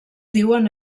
diuen